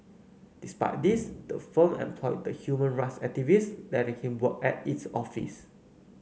despite this the firm employed the human rights activist letting him work at its office